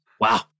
wow